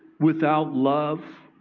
without love,